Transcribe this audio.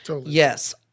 yes